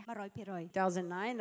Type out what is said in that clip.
2009